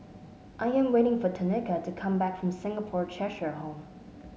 I am waiting for Tenika to come back from Singapore Cheshire Home